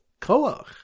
Koach